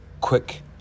quick